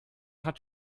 hat